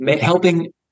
helping